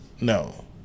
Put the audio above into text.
No